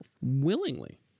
willingly